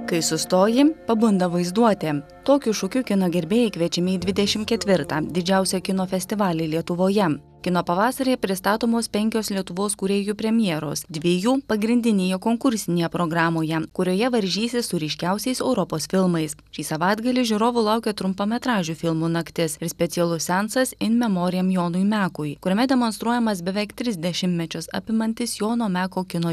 kai sustoji pabunda vaizduotė tokiu šūkiu kino gerbėjai kviečiami į dvidešim ketvirtą didžiausią kino festivalį lietuvoje kino pavasaryje pristatomos penkios lietuvos kūrėjų premjeros dvi jų pagrindinėje konkursinėje programoje kurioje varžysis su ryškiausiais europos filmais šį savaitgalį žiūrovų laukia trumpametražių filmų naktis ir specialus seansas ir memoriam jonui mekui kuriame demonstruojamas beveik tris dešimtmečius apimantis jono meko kino